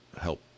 help